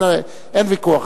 אין ויכוח.